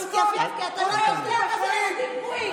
אני מוכן לבוא לגור איתך.